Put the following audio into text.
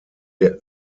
der